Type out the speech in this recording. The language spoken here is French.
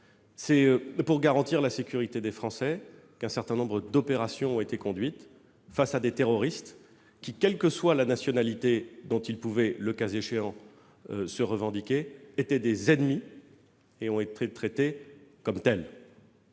C'est pour garantir la sécurité des Français qu'un certain nombre d'opérations ont été conduites contre des terroristes qui, quelle que soit la nationalité dont ils pouvaient se prévaloir, étaient des ennemis. Ils ont été traités comme tels.